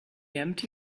empty